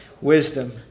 wisdom